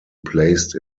placed